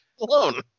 alone